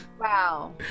wow